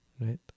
right